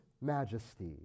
majesty